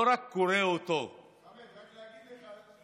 לא רק קורא אותו, חמד, רק להגיד לך.